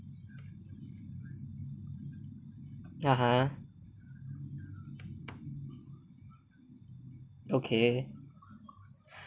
a'ah okay